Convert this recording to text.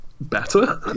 better